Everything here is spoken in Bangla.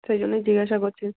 সেই জন্যই জিজ্ঞাসা করছি